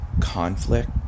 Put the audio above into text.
conflict